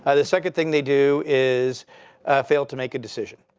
ah the second thing they do is fail to make a decision.